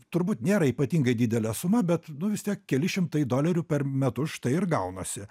turbūt nėra ypatingai didelė suma bet nu vistiek keli šimtai dolerių per metus štai ir gaunasi